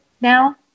now